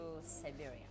Siberia